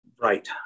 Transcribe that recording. Right